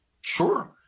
Sure